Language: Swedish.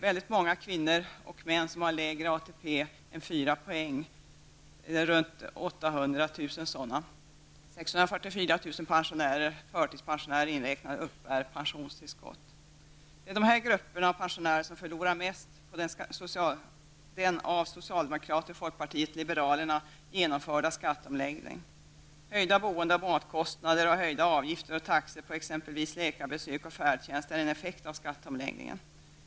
Väldigt många kvinnor och män har lägre ATP än 4 poäng. Det finns runt 800 000 sådana personer. 644 000 Det är dessa grupper pensionärer som förlorar mest på den av socialdemokraterna och folkpartiet liberalerna genomförda skatteomläggningen. Höjda boende och matkostnader samt höjda avgifter och taxor på exempelvis läkarbesök och färdtjänst är en effekt av skatteomläggningen.